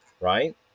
Right